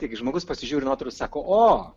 taigi žmogus pasižiūri nuotrauką sako o